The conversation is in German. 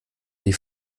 sie